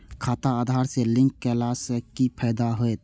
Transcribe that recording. खाता आधार से लिंक केला से कि फायदा होयत?